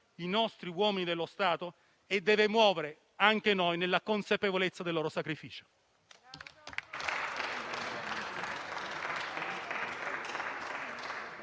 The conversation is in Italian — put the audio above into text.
i nostri uomini dello Stato e deve muovere anche noi, nella consapevolezza del loro sacrificio.